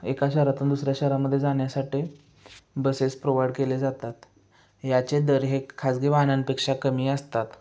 एका शहरातून दुसऱ्या शहरामध्ये जाण्यासाठी बसेस प्रोवाइड केले जातात याचे दर हे खाजगी वाहनंपेक्षा कमी असतात